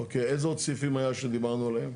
אוקיי, איזה עוד סעיפים היה שדיברנו עליהם?